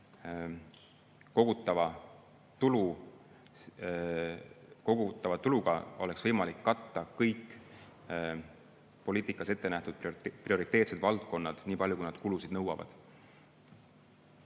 kogutava tuluga oleks võimalik katta kõik poliitikas ette nähtud prioriteetsed valdkonnad, nii palju kui nad kulusid nõuavad.